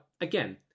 again